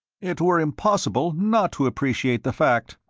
it were impossible not to appreciate the fact.